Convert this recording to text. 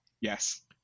Yes